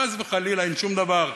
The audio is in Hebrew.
חס וחלילה, אין שום דבר.